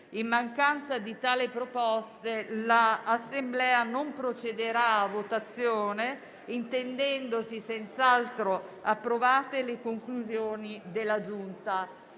In mancanza di tali proposte l'Assemblea non procederà a votazione, intendendosi senz'altro approvate le conclusioni della Giunta.